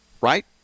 right